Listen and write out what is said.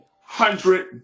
hundred